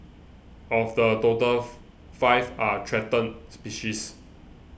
of the total five are threatened species